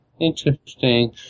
interesting